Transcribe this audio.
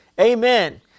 Amen